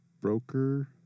Broker